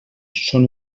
són